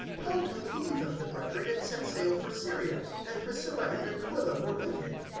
paul took leave of the brethren and set sail for syria and priscilla and aquila were with him.